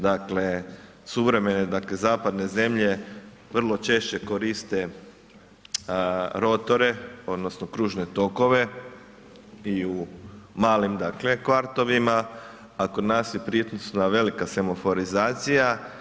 Dakle suvremene zapadne zemlje vrlo češće koriste rotore, odnosno kružne tokove i u malim dakle kvartovima a kod nas je prisutna velika semaforizacija.